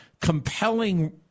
compelling